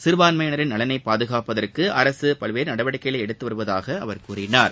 சிறுபான்மையினரின் நலனை பாதுகாப்பதற்கு அரசு பல்வேறு நடவடிக்கைகளை எடுத்து வருவதாக அவர் கூறினார்